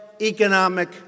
economic